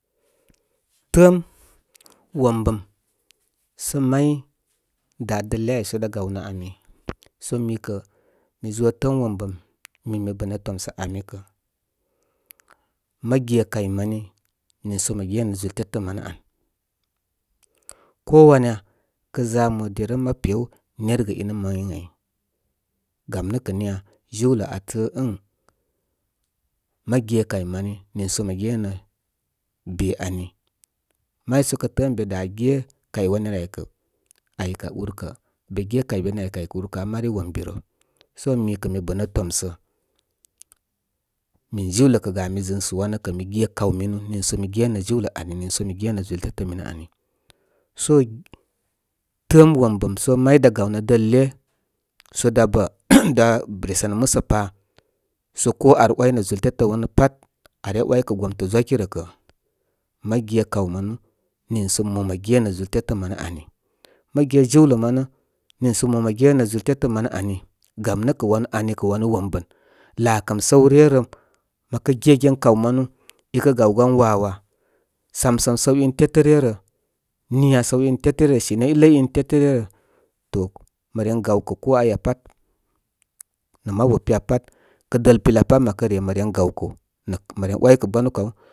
Təəm, wombəm sə may gáwdəle áy sə dá gawnə ani. Sə mi kə mi zo təəm wom bəm nii mi bənə tomsə ani kə. Mə ge kay mani niisə mə genə zúl tétə manə an. Ko wanya kə za mo derə, mə pew nengə inə may ən áy. Gam nə kə miya? Jiwlə aa təə ən mə ge kay mani niisə mə ge nə be ani. Maysə kə təə ən be dage kay wani rə áykó ay kə urkə be ge kay beni ayrəkə áykə ur kə aa mari wombi rə. So mi kə mi bənə tomso, min jiwlə kə gami gɨnsə wamə kə mi ge kaw minu niisə mi genə jiwlə ani, niisə mi genə gúltetə minə ani. So, təəm wombəm sə may dá gawnə dəle sə dá bə dá resənə musəpa so ko ar waynə zúltetə wanə pat are ‘waykə gomtə zwa ki rə kə, mə ge kaw manul, niisə mo mə genə zúl tétə manə ani. Mə ge jiwlə manə niisə man mə genə zúltetə manə ani. Mə ge jiwlə manə niisə man mə genə zúltétə manə ani. Gam nə kə wan ani kə wanu wombən. Laakəm səw re rə. Mə kə gegen kaw manu, ikə gawgan wawa, samsəm səw in tetə ryə rə, niya səw in tétə ryə rə. Sine i ləy in tétə ryə rə. To məren gawkə ko aya, pat, nə mabu piya pat. Kə dəl piya pat mə kə re, mə ren gawkə nə məren ‘wakə gbamu kaw.